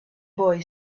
boy